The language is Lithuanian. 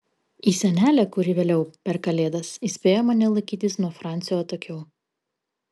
į senelę kuri vėliau per kalėdas įspėjo mane laikytis nuo francio atokiau